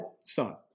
son